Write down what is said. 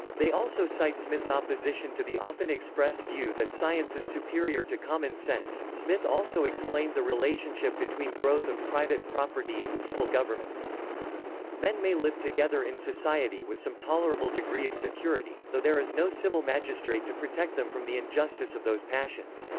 they also cite smith's opposition to the often expressed view that science is superior to common sense smith also explained the relationship between growth of private property and civil government men may live together in society with some tolerable degree of security, though there is no civil magistrate to protect them from the injustice of those passions.